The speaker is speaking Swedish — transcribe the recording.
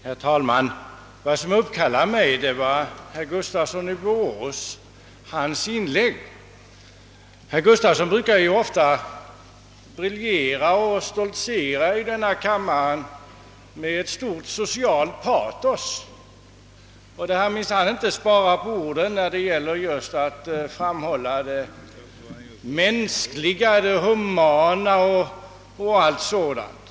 Herr talman! Vad som uppkallade mig var herr Gustafssons i Borås inlägg. Herr Gustafsson brukar ju briljera och stoltsera i denna kammare med ett stort socialt patos, och han sparar minsann inte på orden när det gäller att framhålla vad som är humant och så vidare.